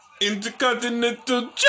Intercontinental